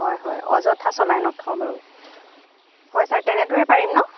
হয় হয় অযথা চলাই নথওঁ বাৰু হয় ছাৰ তেনেদৰে পাৰিম ন